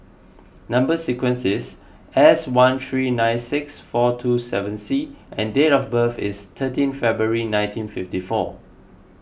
Number Sequence is S one three nine six four two seven C and date of birth is thirteen February nineteen fifty four